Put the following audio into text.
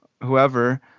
whoever